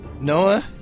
Noah